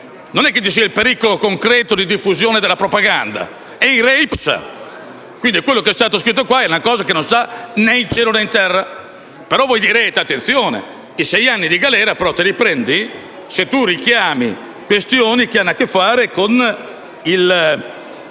non è che ci sia il pericolo concreto di diffusione della propaganda: è *in re ipsa*. Quello che è stato scritto sul testo è una cosa che non sta né in cielo né in terra. Ma voi direte attenzione i sei anni di condanna li prendi se richiami questioni che hanno a che fare con le